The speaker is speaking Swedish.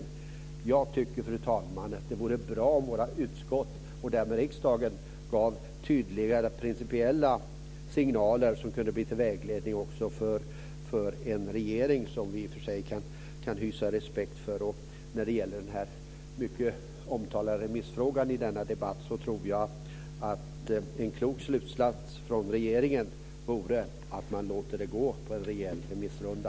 Jag tycker, fru talman, att det vore bra om våra utskott och därmed riksdagen gav tydligare principiella signaler som kunde bli till vägledning också för en regering som vi i och för sig kan hysa respekt för. När det gäller den mycket omtalade remissfrågan i denna debatt tror jag att en klok slutsats från regeringen vore att man ska låta det bli en rejäl remissrunda.